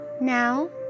Now